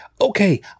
okay